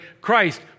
Christ